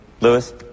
Lewis